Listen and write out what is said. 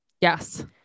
yes